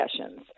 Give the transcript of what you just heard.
Sessions